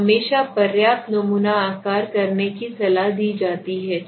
तो हमेशा पर्याप्त नमूना आकार करने के लिए सलाह दी जाती है